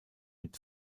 mit